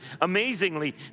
Amazingly